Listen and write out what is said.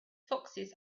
foxes